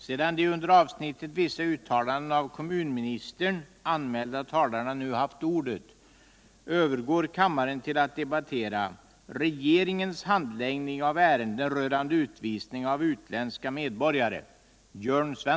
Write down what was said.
Sedan de under avsnittet Interpellationer och frågor anmälda talarna nu haft ordet övergår kammaren till att debattera Handläggningen av ärenden enligt byggnadslagstiftningen.